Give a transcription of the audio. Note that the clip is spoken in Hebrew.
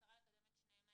במטרה לקדם את שניהם,